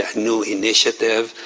ah new initiative.